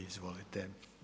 Izvolite.